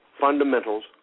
fundamentals